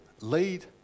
Lead